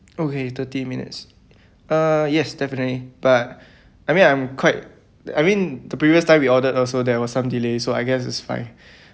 okay thirty minutes uh yes definitely but I mean I'm quite I mean the previous time we ordered also there was some delays so I guess it's fine